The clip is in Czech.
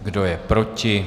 Kdo je proti?